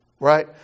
Right